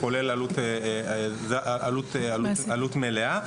כולל עלות מלאה,